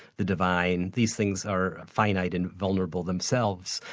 the divine, these things are finite and vulnerable themselves,